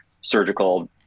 surgical